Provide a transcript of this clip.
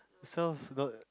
surf got